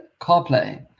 CarPlay